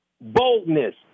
boldness